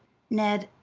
ned,